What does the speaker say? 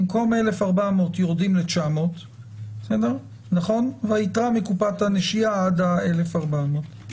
במקום 1,400 יורדים ל-900 והיתרה מקופת הנשייה עד ה-1,400.